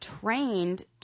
trained